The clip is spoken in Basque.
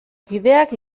kideak